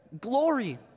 glory